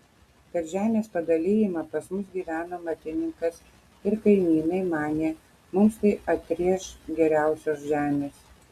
per žemės padalijimą pas mus gyveno matininkas ir kaimynai manė mums tai atrėš geriausios žemės